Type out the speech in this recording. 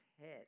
head